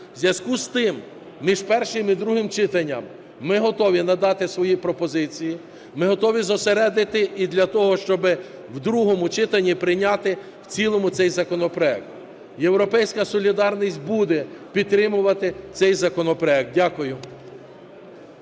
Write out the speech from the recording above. У зв'язку з тим між першим і другим читанням ми готові надати свої пропозиції. Ми готові зосередити для того, щоб в другому читанні прийняти в цілому цей законопроект. "Європейська солідарність" буде підтримувати цей законопроект. Дякую.